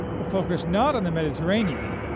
but focused not on the mediterranean,